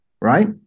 right